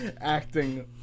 acting